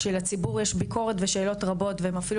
שלציבור יש ביקורת ושאלות רבות והם אפילו,